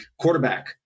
quarterback